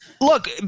look